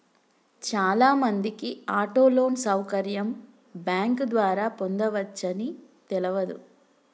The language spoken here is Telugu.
చాలామందికి ఆటో లోన్ సౌకర్యం బ్యాంకు ద్వారా పొందవచ్చని తెలవదు